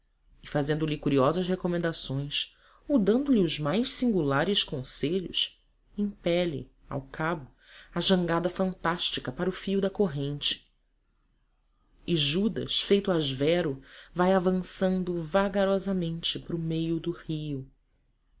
e fazendo-lhe curiosas recomendações ou dando-lhe os mais singulares conselhos impele ao cabo a jangada fantástica para o fio da corrente e judas feito ahsverus vai avançando vagarosamente para o meio do rio